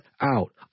out